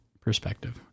perspective